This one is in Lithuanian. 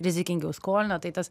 rizikingiau skolina tai tas